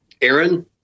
Aaron